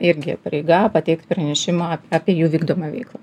irgi pareiga pateikt pranešimą ap apie jų vykdomą veiklą